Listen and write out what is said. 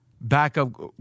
backup